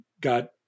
got